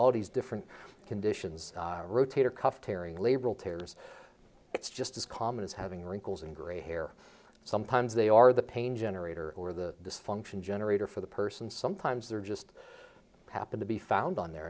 all these different conditions rotator cuff tearing label tears it's just as common as having wrinkles and grey hair sometimes they are the pain generator or the dysfunction generator for the person sometimes they're just happen to be found on there